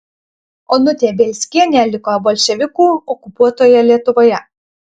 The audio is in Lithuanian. onutė bielskienė liko bolševikų okupuotoje lietuvoje